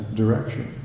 direction